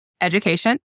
education